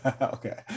Okay